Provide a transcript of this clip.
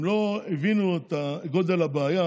הם לא הבינו את גודל הבעיה,